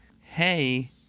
hey